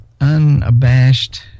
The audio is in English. unabashed